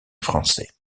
français